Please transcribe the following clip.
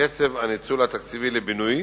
קצב הניצול התקציבי לבינוי